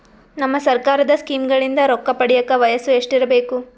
ನಮ್ಮ ಸರ್ಕಾರದ ಸ್ಕೀಮ್ಗಳಿಂದ ರೊಕ್ಕ ಪಡಿಯಕ ವಯಸ್ಸು ಎಷ್ಟಿರಬೇಕು?